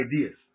ideas